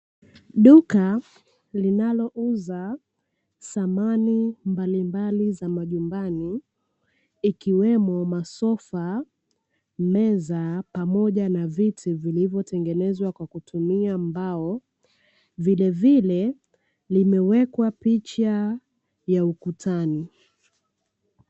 Duka linalouza samani mbalimbali za majumbani ikiwemo: masofa, meza, pamoja na viti vilivyotengenezwa kwa kutumia mbao. Vilevile limewekwa picha ya ukutani.